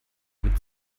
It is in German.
mit